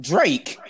Drake